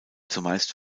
zumeist